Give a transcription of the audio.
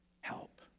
help